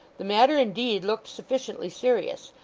the matter indeed looked sufficiently serious,